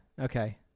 Okay